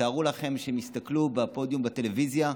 תארו לכם שהם יסתכלו בפודיום בטלוויזיה,